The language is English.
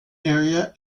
area